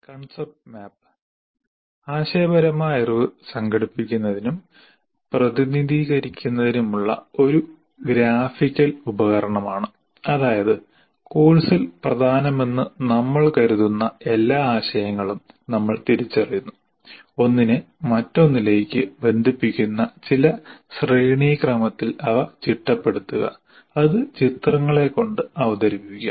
concept map ആശയപരമായ അറിവ് സംഘടിപ്പിക്കുന്നതിനും പ്രതിനിധീകരിക്കുന്നതിനുമുള്ള ഒരു ഗ്രാഫിക്കൽ ഉപകരണമാണ് അതായത് കോഴ്സിൽ പ്രധാനമെന്ന് നമ്മൾ കരുതുന്ന എല്ലാ ആശയങ്ങളും നമ്മൾ തിരിച്ചറിയുന്നു ഒന്നിനെ മറ്റൊന്നിലേക്ക് ബന്ധിപ്പിക്കുന്ന ചില ശ്രേണിക്രമത്തിൽ അവ ചിട്ടപ്പെടുത്തുക അത് ചിത്രങ്ങളെ കൊണ്ട് അവതരിപ്പിക്കുക